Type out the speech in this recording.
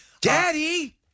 Daddy